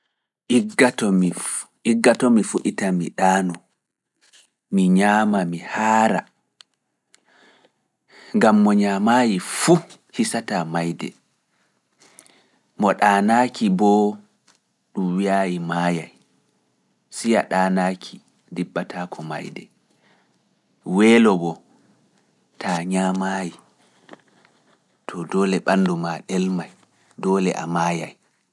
Igga to mi fuita mi daana, mi nyaama mi haara. gam welo kam wara ta, deengol bo warata.